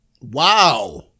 Wow